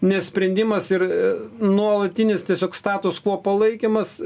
nesprendimas ir nuolatinis tiesiog status kvo palaikymas